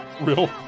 Real